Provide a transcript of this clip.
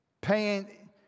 paying